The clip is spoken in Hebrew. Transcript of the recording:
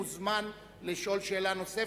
מוזמנים לשאול שאלה נוספת.